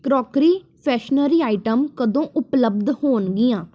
crockery ਫਰੈਸ਼ਨਰੀ ਆਈਟਮਾਂ ਕਦੋਂ ਉਪਲੱਬਧ ਹੋਣਗੀਆਂ